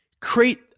create